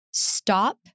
stop